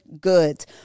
Goods